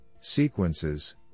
sequences